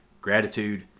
gratitude